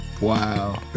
Wow